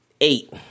eight